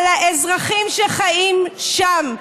על האזרחים שחיים שם,